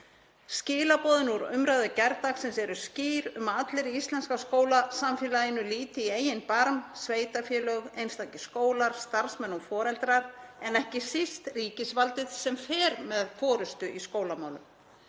Skilaboðin úr umræðu gærdagsins eru skýr um að allir í íslenskra skólasamfélaginu líti í eigin barm; sveitarfélög, einstakir skólar, starfsmenn og foreldrar en ekki síst ríkisvaldið sem fer með forystu í skólamálum.